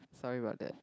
sorry about that